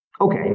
Okay